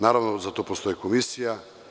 Naravno, za to postoji komisija.